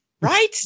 Right